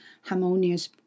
harmonious